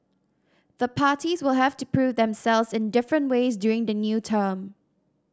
the parties will have to prove themselves in different ways during the new term